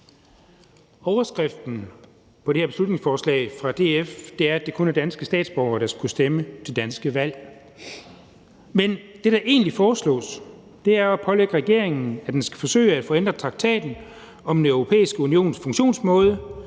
Overskriften på det her beslutningsforslag fra DF er, at det kun er danske statsborgere, der skal kunne stemme til danske valg. Men det, der egentlig foreslås, er at pålægge regeringen, at den skal forsøge at få ændret traktaten om Den Europæiske Unions funktionsmåde,